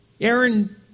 Aaron